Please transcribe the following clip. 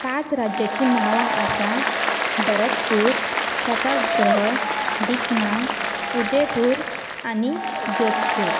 पांच राज्याचीं नावां आसात भरतपूर प्रतापगढ दिकनाम उदयपूर आनी जोधपूर